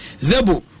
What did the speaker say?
Zebu